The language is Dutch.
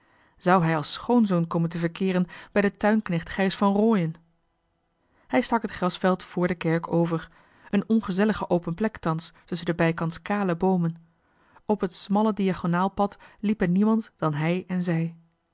zou hij als schoonzoon komen te verkeeren bij den tuinknecht gijs van rooien hij stak het grasveld vr de kerk over een ongejohan de meester de zonde in het deftige dorp zellige open plek thans tusschen de bijkans kale boomen op het smalle diagonaal pad liepen niemand dan hij en zij